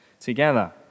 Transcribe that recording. together